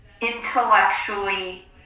intellectually